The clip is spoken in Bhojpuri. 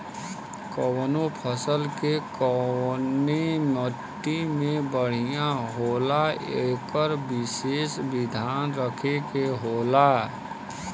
कउनो फसल के कउने मट्टी में बढ़िया होला एकर विसेस धियान रखे के होला